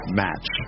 match